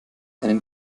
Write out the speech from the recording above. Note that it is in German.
einen